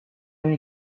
اینه